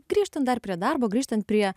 grįžtant dar prie darbo grįžtant prie